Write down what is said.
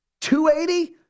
280